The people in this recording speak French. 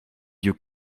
yeux